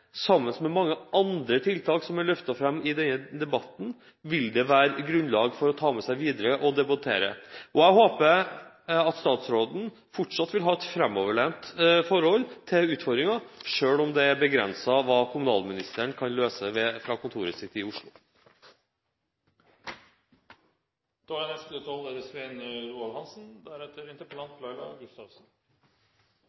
sammen med mange andre tiltak som er løftet fram i denne debatten, vil det være grunnlag for å ta med seg videre og debattere. Jeg håper at statsråden fortsatt vil ha et framoverlent forhold til utfordringen, selv om det er begrenset hva kommunalministeren kan løse fra kontoret sitt i Oslo. Det fine med disse debattene er